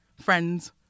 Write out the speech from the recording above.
friends